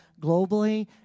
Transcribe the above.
globally